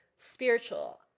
spiritual